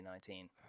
2019